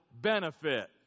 benefit